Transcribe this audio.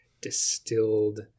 distilled